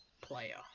player